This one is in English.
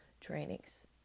trainings